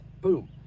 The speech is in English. boom